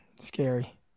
Scary